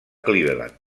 cleveland